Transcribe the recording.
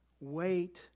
wait